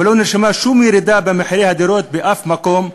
ולא נרשמה שום ירידה במחירי הדירות בשום מקום.